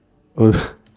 oh